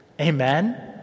Amen